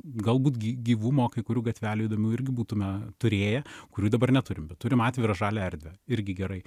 galbūt gy gyvumo kai kurių gatvelių įdomių irgi būtume turėję kurių dabar neturim bet turim atvirą žalią erdvę irgi gerai